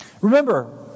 Remember